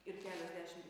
ir keliasdešim